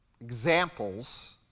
examples